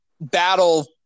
battle